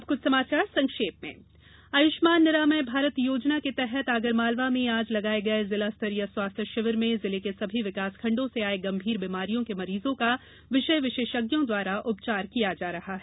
आयुष्मान योजना आयुष्मान निरामय भारत योजना के तहत आगरमालवा में आज लगाये गये जिला स्तरीय स्वास्थ्य शिविर में जिले के सभी विकासखण्डों से आए गंभीर बीमारियों के मरीजों का विषय विशेषज्ञों द्वारा परीक्षण कर उपचार किया जा रहा हैं